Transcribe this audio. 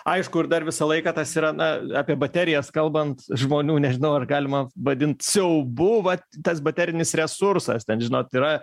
aišku ir dar visą laiką tas yra na apie baterijas kalbant žmonių nežinau ar galima vadint siaubu vat tas baterinis resursas ten žinot yra